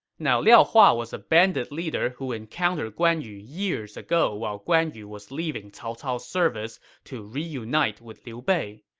now, liao hua was a bandit leader who encountered guan yu years ago while guan yu was leaving cao cao's service to reunite with liu bei.